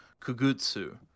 kugutsu